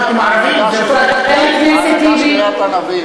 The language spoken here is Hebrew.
הכנסת טיבי, אבקש, בבקשה לסיים.